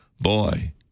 boy